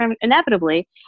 inevitably